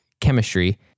chemistry